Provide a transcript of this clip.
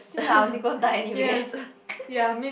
since I'm only gone die anyway